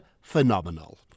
phenomenal